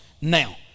Now